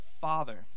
Father